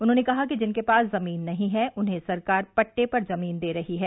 उन्होंने कहा कि जिनके पास जमीन नहीं है उन्हें सरकार पट्टे पर जमीन दे रही है